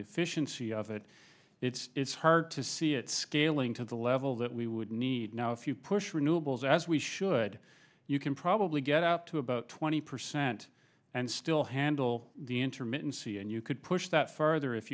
efficiency of it it's hard to see it scaling to the level that we would need now if you push renewables as we should you can probably get up to about twenty percent and still handle the intermittency and you could push that farther if